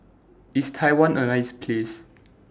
IS Taiwan A nice Place